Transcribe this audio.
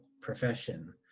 profession